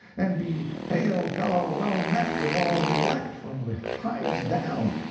and be hail-fellow-well-met with all the elect, from the highest down.